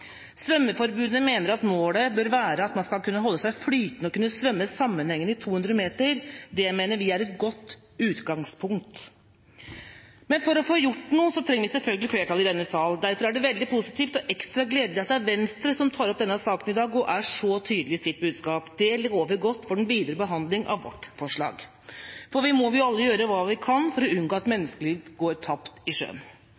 mener at målet bør være at man skal kunne holde seg flytende og kunne svømme sammenhengende i 200 meter. Det mener vi er et godt utgangspunkt, men for å få gjort noe trengs det selvfølgelig et flertall i denne sal. Derfor er det veldig positivt og ekstra gledelig at det er Venstre som tar opp denne saka i dag, og er så tydelig i sitt budskap. Det lover godt for den videre behandling av vårt forslag, for vi må jo alle gjøre hva vi kan for å unngå at